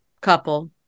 couple